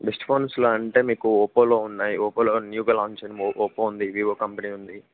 best ఫోన్స్లో అంటే మీకు ఒప్పోలో ఉన్నాయి ఒప్పోలో న్యూగా లాంచ్ అయిన ఒప్పో ఉంది వివో కంపెనీ ఉంది